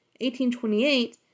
1828